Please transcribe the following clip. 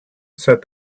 said